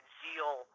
zeal